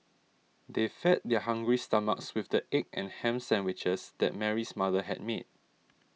they fed their hungry stomachs with the egg and ham sandwiches that Mary's mother had made